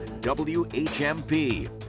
WHMP